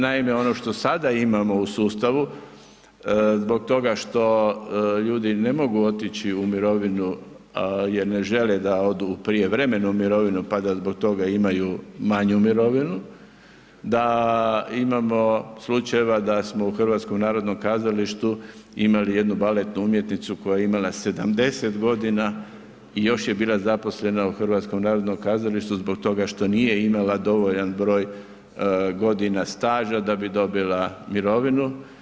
Naime, ono što sada imamo u sustavu zbog toga što ljudi ne mogu otići u mirovinu jer ne žele da odu u prijevremenu mirovinu, pa da zbog toga imaju manju mirovinu, da imamo slučajeva da smo u HNK-u imali jednu baletnu umjetnicu koja je imala 70.g. i još je bila zaposlena u HNK-u zbog toga što nije imala dovoljan broj godina staža da bi dobila mirovinu.